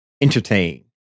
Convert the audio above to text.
entertain